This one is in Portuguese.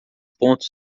pontos